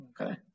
Okay